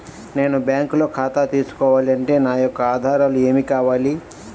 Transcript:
నేను బ్యాంకులో ఖాతా తీసుకోవాలి అంటే నా యొక్క ఆధారాలు ఏమి కావాలి?